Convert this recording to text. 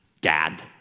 Dad